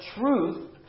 truth